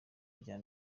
rya